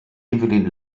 evelyn